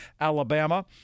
Alabama